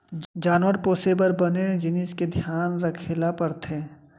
जानवर पोसे बर बने जिनिस के धियान रखे ल परथे